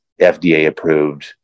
FDA-approved